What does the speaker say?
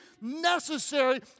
necessary